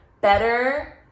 better